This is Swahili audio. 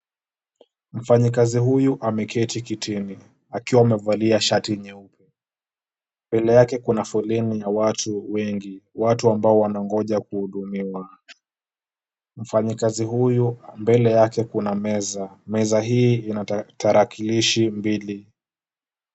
Mfanyikazi huyu ameketi kitini , akiwa amevalia shati nyeupe , mbele yake kuna foleni ya watu wengi ,watu ambao wanangoja kuhudumiwa. Mfanyikazi huyu mbele yake kuna meza ,meza hii ina tarakilishi mbili.